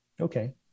Okay